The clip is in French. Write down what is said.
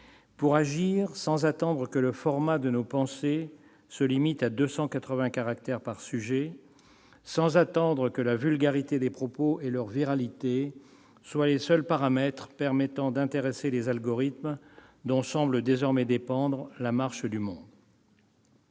pour agir, sans attendre que le format de nos pensées se limite à 280 caractères par sujet, sans attendre que la vulgarité des propos et leur « viralité » soient les seuls paramètres permettant d'intéresser les algorithmes, dont semble désormais dépendre la marche du monde.